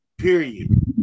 period